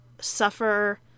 suffer